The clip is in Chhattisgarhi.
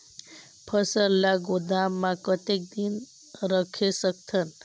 फसल ला गोदाम मां कतेक दिन रखे सकथन?